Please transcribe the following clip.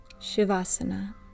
Shavasana